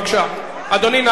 בבקשה, אדוני.